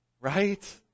Right